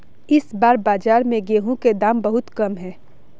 इस बार बाजार में गेंहू के दाम बहुत कम है?